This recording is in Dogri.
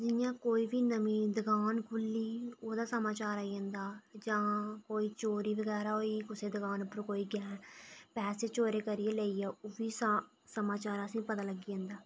जि'यां कोई बी नमीं दकान खुह्ल्ली ओह्दा समाचार आई जंदा जां कोई चोरी बगैरा होई गेई कुसै दकान उप्परूं कोई पैसे चोरी करियै लेई गेआ ओह् बी समाचार असें गी पता लग्गी जंदा